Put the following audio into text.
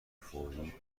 فوری